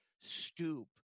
stoop